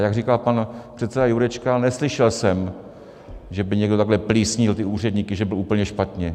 A jak říkal pan předseda Jurečka, neslyšel jsem, že by někdo takhle plísnil ty úředníky, že byl úplně špatně.